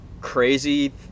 crazy